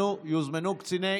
כל יום, כל שעה,